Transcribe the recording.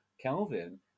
Kelvin